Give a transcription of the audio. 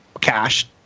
cash